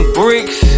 bricks